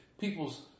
people's